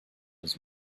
his